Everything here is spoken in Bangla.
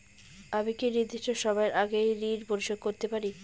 আমি কি নির্দিষ্ট সময়ের আগেই ঋন পরিশোধ করতে পারি?